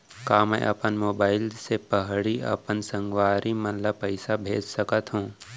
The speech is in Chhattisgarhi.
का मैं अपन मोबाइल से पड़ही अपन संगवारी मन ल पइसा भेज सकत हो?